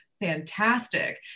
fantastic